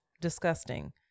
Disgusting